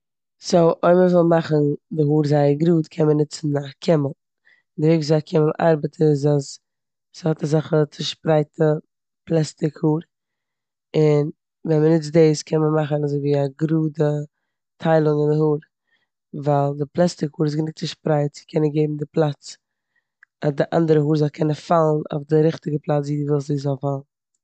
סאו אויב מ'וויל מאכן די האר זייער גראד קען מען נוצן א קעמל און די וועג וויאזוי א קעמל ארבעט איז אז ס'האט אזעלכע צישפרייטע פלעסטיק האר און ווען מ'נוצט דאס קען מען מאכן אזויווי א גראדע טיילונג אין די האר ווייל די פלעסטיק האר איז גענוג צישפרייט צו קענען די פלאץ אז די אנדערע האר זאל קענען פאלן אויף די ריכטיגע פלאץ ווי די ווילסט זי זאל פאלן.